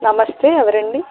నమస్తే ఎవరండి